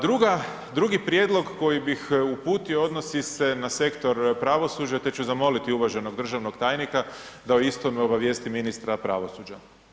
Druga, drugi prijedlog koji bih uputio odnosi se na sektor pravosuđa, te ću zamoliti uvaženog državnog tajnika da o istome uvaži ministra pravosuđa.